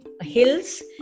hills